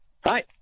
Hi